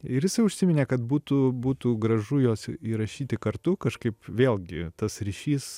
ir jisai užsiminė kad būtų būtų gražu juos įrašyti kartu kažkaip vėlgi tas ryšys